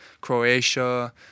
Croatia